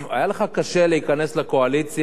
היה לך קשה להיכנס לקואליציה,